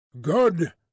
Good